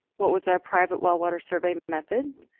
what was our private well water survey method?